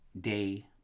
day